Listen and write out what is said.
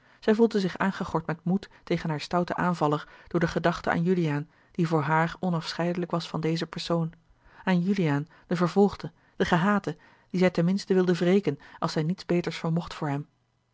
zij voelde zich aangegord met moed tegen haar stouten aanvaller door de gedachte aan juliaan die voor haar onafscheidelijk was van dezen persoon aan juliaan den vervolgde den gehate dien zij ten minste wilde wreken als zij niets beters vermocht voor hem